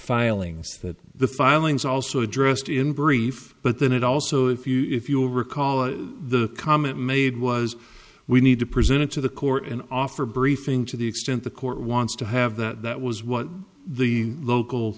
filings that the filings also addressed in brief but then it also if you if you will recall the comment made was we need to present it to the court and offer briefing to the extent the court wants to have that was what the local